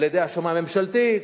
על-ידי השמאי הממשלתי.